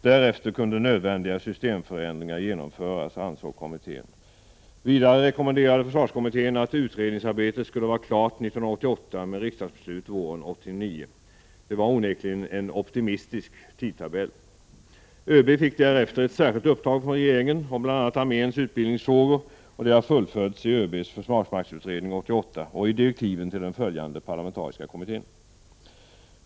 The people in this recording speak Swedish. Därefter kunde nödvändiga systemförändringar genomföras, ansåg kommittén. Vidare rekommenderade försvarskommittén att utredningsarbetet skulle vara klart 1988 med riksdagsbeslut våren 1989. Det var onekligen en optimistisk tidtabell. ÖB fick därefter ett särskilt uppdrag av regeringen om bl.a. arméns utbildningsfrågor. Det har fullföljts i ÖB:s Försvarsmaktsutredning 88 och i direktiven till den följande parlamentariska kommittén.